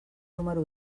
número